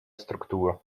struktur